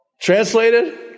Translated